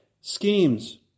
schemes